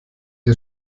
ihr